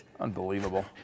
Unbelievable